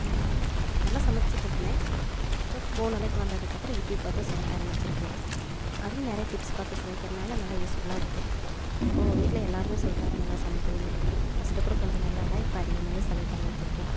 நல்லா சமைச்சிட்டு இருந்தேன் ஃபோனெலாம் இப்போ வந்ததுக்கப்புறம் யூடியூப் பார்த்து சமைக்க ஆரம்பிச்சுருக்கேன் அதுலேயும் நிறைய டிப்ஸ் பார்த்து சமைக்கிறனால் நல்ல யூஸ்ஃபுல்லாக இருக்குது இப்போது வீட்டில் எல்லாேருமே சொல்கிறாங்க நல்லா சமைக்கிறேன்னு ஃபஸ்ட்டு கூட கொஞ்சம் நல்லா இல்லை இப்போ அதிகமாகவே சமைக்க ஆரம்பிச்சுருக்கேன்